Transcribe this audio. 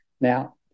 Now